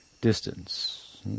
distance